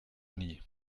nie